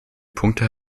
punkte